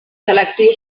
selectiu